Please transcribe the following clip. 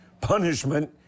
punishment